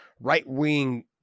right-wing